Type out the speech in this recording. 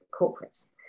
corporates